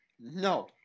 No